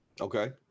Okay